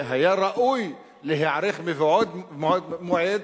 והיה ראוי להיערך מבעוד מועד,